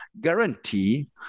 guarantee